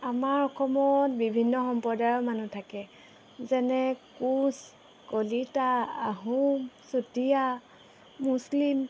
আমাৰ অসমত বিভিন্ন সম্প্ৰদায়ৰ মানুহ থাকে যেনে কোচ কলিতা আহোম চুতীয়া মুছলিম